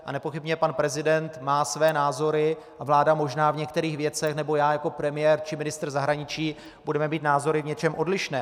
A nepochybně pan prezident má své názory a vláda možná v některých věcech nebo já jako premiér či ministr zahraničí budeme mít názory v něčem odlišné.